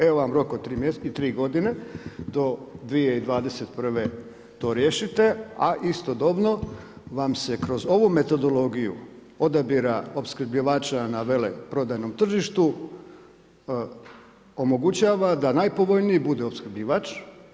Evo vam rok od tri mjeseca i tri godine do 2021. to riješite, a istodobno vam se kroz ovu metodologiju odabira opskrbljivača na veleprodajnom tržištu omogućava da najpovoljniji bude opskrbljivač.